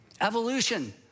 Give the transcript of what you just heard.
Evolution